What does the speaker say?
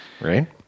Right